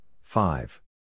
five